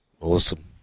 Awesome